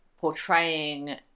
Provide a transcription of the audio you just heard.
portraying